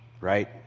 right